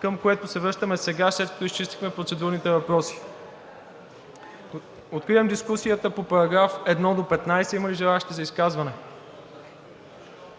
към което се връщаме сега, след като изчистихме процедурните въпроси. Откривам дискусията по § 1 до § 15. Има ли желаещи за изказване?